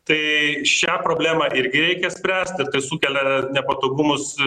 tai šią problemą irgi reikia spręst ir tai sukelia nepatogumus